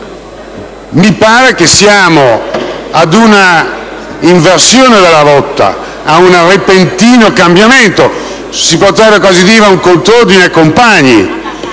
mi pare che siamo ad un'inversione della rotta, ad un repentino cambiamento. Si potrebbe quasi parlare di "contrordine compagni":